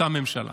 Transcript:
אותה ממשלה.